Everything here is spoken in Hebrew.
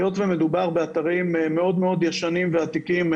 היות ומדובר באתרים מאוד מאוד ישנים ועתיקים,